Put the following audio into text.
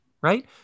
right